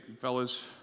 fellas